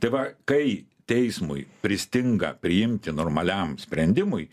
tai va kai teismui pristinga priimti normaliam sprendimui